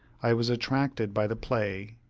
i was attracted by the play,